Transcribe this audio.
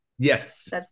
Yes